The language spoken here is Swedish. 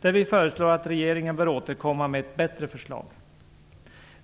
där vi föreslår att regeringen bör återkomma med ett bättre förslag.